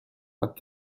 but